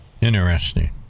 interesting